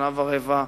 שנה ורבע,